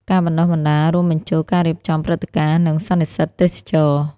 ការបណ្តុះបណ្តាលរួមបញ្ចូលការរៀបចំព្រឹត្តិការណ៍ និងសន្និសិទទេសចរណ៍។